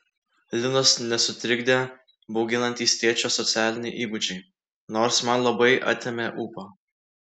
linos nesutrikdė bauginantys tėčio socialiniai įgūdžiai nors man labai atėmė ūpą